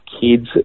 kids